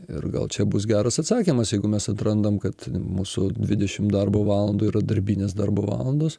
ir gal čia bus geras atsakymas jeigu mes atrandam kad mūsų dvidešim darbo valandų yra darbinės darbo valandos